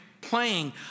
playing